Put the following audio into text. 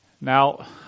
Now